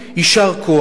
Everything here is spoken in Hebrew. יישר כוח.